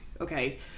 okay